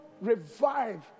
revive